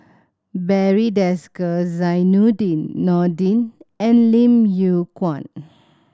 Barry Desker Zainudin Nordin and Lim Yew Kuan